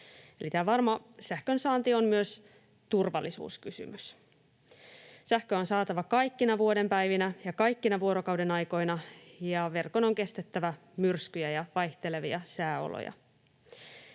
varma sähkönsaanti on myös turvallisuuskysymys. Sähköä on saatava kaikkina vuoden päivinä ja kaikkina vuorokaudenaikoina, ja verkon on kestettävä myrskyjä ja vaihtelevia sääoloja.